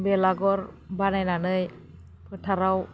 बेलागर बानायनानै फोथाराव